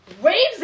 waves